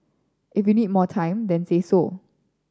if you need more time then say so